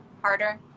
harder